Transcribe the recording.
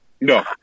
No